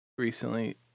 recently